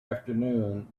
afternoon